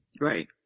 Right